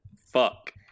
fuck